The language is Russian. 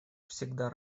всегда